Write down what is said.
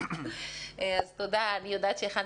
וגם בהשוואה